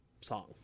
song